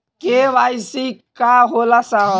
KYC का होला साहब?